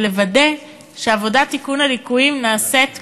ולוודא שעבודת תיקון הליקויים נעשית כראוי.